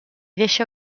deixa